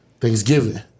Thanksgiving